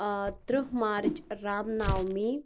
ترٕٛہ مارچ رام نومی